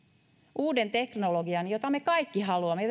uuden teknologian jota me kaikki haluamme